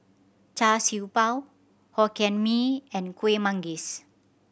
Char Siew Bao Hokkien Mee and Kueh Manggis